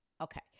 Okay